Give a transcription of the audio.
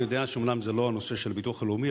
אני יודע שאומנם זה לא הנושא של הביטוח הלאומי,